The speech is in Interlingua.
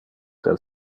del